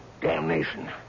Damnation